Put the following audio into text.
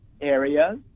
areas